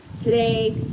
today